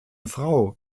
frau